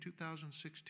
2016